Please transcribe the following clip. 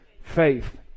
Faith